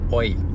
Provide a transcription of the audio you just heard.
Oi